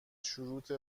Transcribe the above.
شروط